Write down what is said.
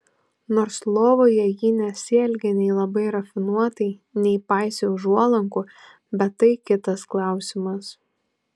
nors lovoje ji nesielgė nei labai rafinuotai nei paisė užuolankų bet tai kitas klausimas